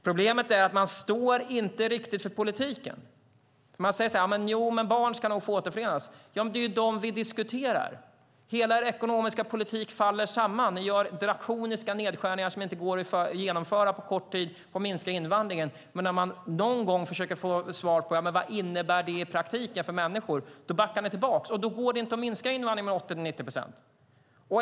Problemet är att man inte riktigt står för politiken. Man säger: Barn ska nog få återförenas. Det är ju de vi diskuterar. Hela er ekonomiska politik faller samman. Ni gör drakoniska nedskärningar som inte går att genomföra på kort tid för att minska invandringen. När man någon gång försöker få svar på: Vad innebär det i praktiken för människor? backar ni tillbaka. Då går det inte att minska invandringen med 80-90 procent.